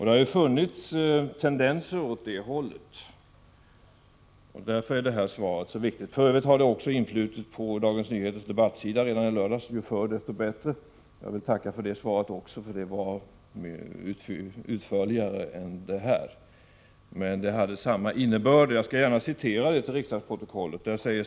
Det har funnits sådana tendenser, och också därför är svaret viktigt. Uppgifter i frågan har för övrigt influtit på Dagens Nyheters debattsida redan i lördags-— ju förr, desto bättre. Jag vill tacka även för det, eftersom det var ett utförligare svar än det jag fått i dag. Inlägget hade emellertid samma innebörd, och jag vill gärna citera en nyckelmening i sammanhanget.